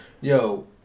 yo